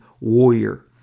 Warrior